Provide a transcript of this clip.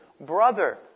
brother